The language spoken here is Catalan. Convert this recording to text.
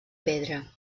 pedra